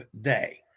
Day